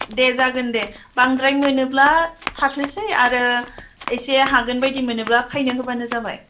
दे जागोन दे बांद्राय मोनोब्ला थाथोंसै आरो एसे हागोन बायदि मोनोब्ला फैनो होब्लानो जाबाय